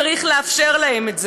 וצריך לאפשר להם את זה.